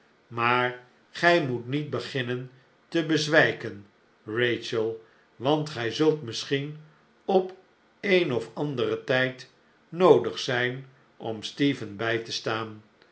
maar gij moet niet beginnen te bezwijken rachel want gij zult misschien op een of anderen tijd noodig zijn om stephen bij te staan